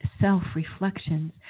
self-reflections